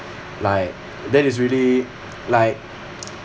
like that is really like